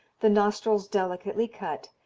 the nostrils delicately cut,